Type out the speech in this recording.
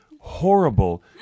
horrible